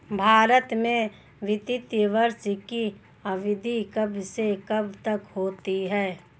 भारत में वित्तीय वर्ष की अवधि कब से कब तक होती है?